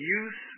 use